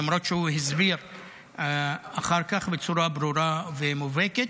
למרות שהוא הסביר אחר כך בצורה ברורה ומובהקת,